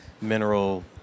mineral